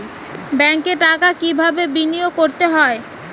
ব্যাংকে টাকা কিভাবে বিনোয়োগ করতে হয়?